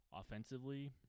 offensively